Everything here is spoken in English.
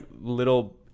little